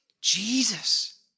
Jesus